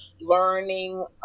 learning